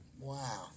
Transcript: Wow